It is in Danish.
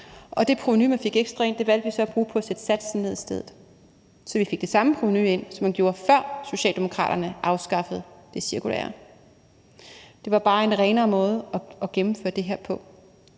og det provenu, man fik ekstra ind, valgte vi så at bruge på at sætte satsen ned i stedet. Så vi fik det samme provenu ind, som man gjorde, før Socialdemokraterne afskaffede det cirkulære; det var bare en renere måde at gennemføre det her på.